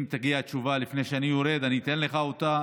אם תגיע תשובה לפני שאני יורד, אני אתן לך אותה.